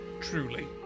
truly